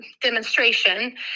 demonstration